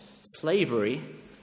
slavery